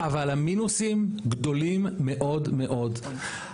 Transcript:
אבל המינוסים גדולים מאוד מאוד.